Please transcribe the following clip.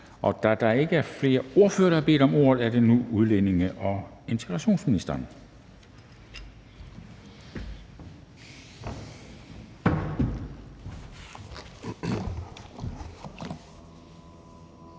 Da der ikke er flere ordførere, der har bedt om ordet, er det nu udlændinge- og integrationsministeren.